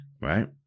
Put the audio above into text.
Right